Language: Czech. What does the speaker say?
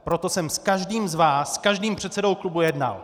Proto jsem s každým z vás, s každým předsedou klubu, jednal.